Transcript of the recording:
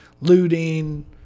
looting